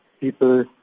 people